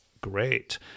great